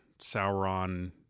Sauron